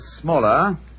smaller